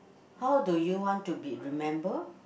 how do you want to be remember